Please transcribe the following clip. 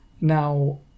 Now